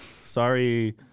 Sorry